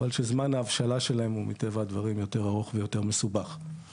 אבל שזמן ההבשלה שלהן הוא מטבע הדברים יותר ארוך ויותר מסובך.